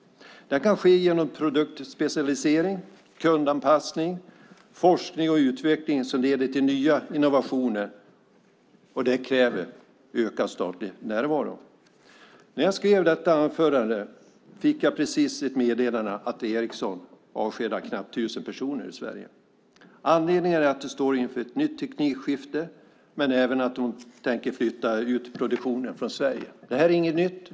Det kan ske genom produktspecialisering, kundanpassning samt forskning och utveckling som leder till nya innovationer. Det kräver ökad statlig närvaro. När jag skrev detta anförande fick jag precis ett meddelande om att Ericsson avskedar nästan tusen personer i Sverige. Anledningen är att man står inför ett nytt teknikskifte, men även att de tänker flytta ut produktionen från Sverige. Det här är inget nytt.